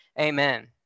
amen